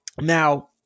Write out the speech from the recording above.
Now